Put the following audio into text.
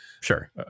Sure